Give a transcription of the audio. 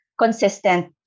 consistent